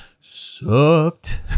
sucked